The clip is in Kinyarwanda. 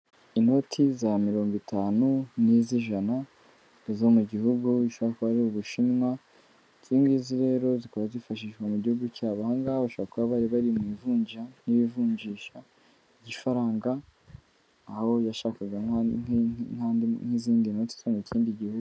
Inoti za mirongo itanu, niz'ijana, zo mu gihugu bishobora kuba ari ubushinwa, izi ngizi rero, zikaba zifashishwa mu gihugu cyabo. Aha ngaha rero bashobora kuba bari bari mu ivunja, n'ivunjisha, ry'igifaranga aho yashakaga nk'izindi noti zo mu ikindi gihugu.